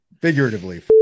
figuratively